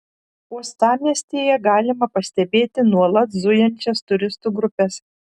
uostamiestyje galima pastebėti nuolat zujančias turistų grupes